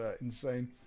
insane